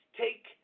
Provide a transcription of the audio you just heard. take